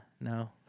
No